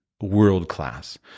world-class